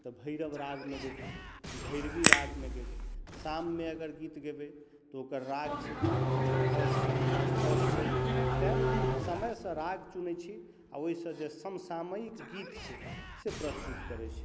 तऽ भैरव रागमे गेबै भैरवी रागमे गेबै शाममे अगर गीत गेबै तऽ ओकर राग छै चन्द्रकौश छै मालकौश छै तेँ समयसँ राग चुनै छी आओर ओहिसँ जे समसामयिक गीत छै से प्रस्तुत करै छी